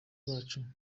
rwacu